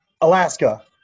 Alaska